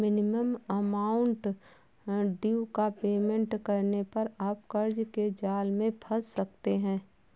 minimum amount due का payment करने पर आप कर्ज के जाल में फंस सकते हैं